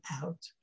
out